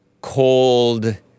cold